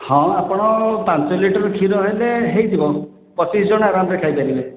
ହଁ ଆପଣ ପାଞ୍ଚ ଲିଟର କ୍ଷୀର ହେଲେ ହେଇଯିବ ପଚିଶ ଜଣ ଆରାମସେ ଖାଇପାରିବେ